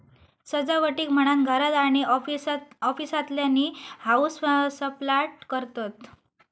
सजावटीक म्हणान घरात आणि ऑफिसातल्यानी हाऊसप्लांट करतत